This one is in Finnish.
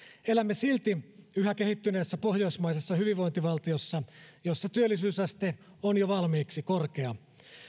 elämme silti yhä kehittyneessä pohjoismaisessa hyvinvointivaltiossa jossa työllisyysaste on jo valmiiksi korkea